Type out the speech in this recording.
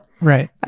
Right